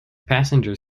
passenger